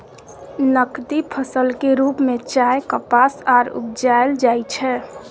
नकदी फसल के रूप में चाय, कपास आर उपजाएल जाइ छै